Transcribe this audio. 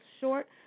short